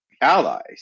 allies